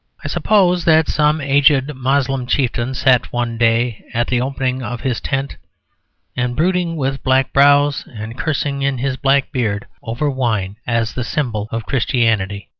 i suppose that some aged moslem chieftain sat one day at the opening of his tent and, brooding with black brows and cursing in his black beard over wine as the symbol of christianity,